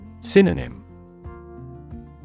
Synonym